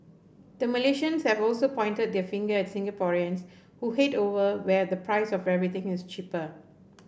the Malaysians have also pointed their finger at Singaporeans who head over where the price of everything is cheaper